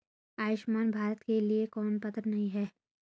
आयुष्मान भारत के लिए कौन पात्र नहीं है?